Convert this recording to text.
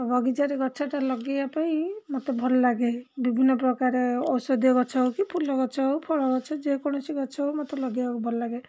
ବଗିଚାରେ ଗଛଟା ଲଗେଇବା ପାଇଁ ମୋତେ ଭଲ ଲାଗେ ବିଭିନ୍ନ ପ୍ରକାର ଔଷଧୀୟ ଗଛ ହଉ କି ଫୁଲ ଗଛ ହଉ ଫଳ ଗଛ ଯେକୌଣସି ଗଛ ହଉ ମୋତେ ଲଗେଇବାକୁ ଭଲଲାଗେ